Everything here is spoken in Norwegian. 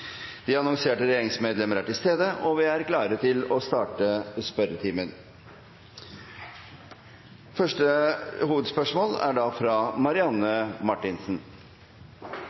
De annonserte regjeringsmedlemmer er til stede, og vi er klare til å starte den muntlige spørretimen. Vi starter da med første hovedspørsmål, som er fra representanten Marianne Marthinsen.